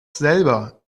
selber